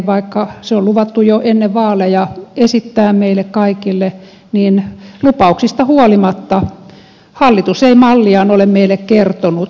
vaikka se on luvattu jo ennen vaaleja esittää meille kaikille niin lupauksista huolimatta hallitus ei malliaan ole meille kertonut